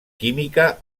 química